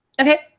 Okay